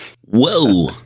Whoa